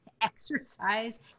exercise